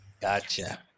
Gotcha